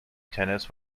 tennis